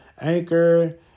Anchor